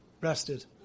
rested